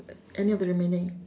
a~ any of the remaining